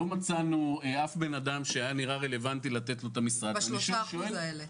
לא מצאנו אדם שהיה רלוונטי לתת לו את --- בשלוש אחוז האלה?